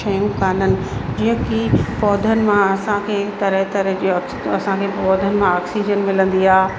शयूं कोन्हे आहिनि जीअं कि पौधनि मां असांखे तरह तरह जूं असांखे पौधनि मां ऑक्सीजन मिलंदी आहे